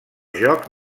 joc